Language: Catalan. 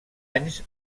anys